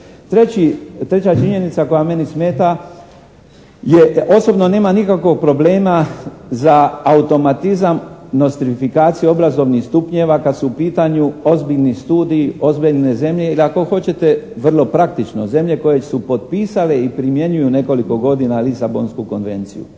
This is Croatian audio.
Treća činjenica koja meni smeta je osobno nema nikakvog problema za automatizam, nostrifikaciju obrazovnih stupnjeva kad su u pitanju ozbiljni studiji, ozbiljne zemlje ili ako hoćete vrlo praktično zemlje koje su potpisale i primjenjuju nekoliko godina Lisabonsku konvenciju.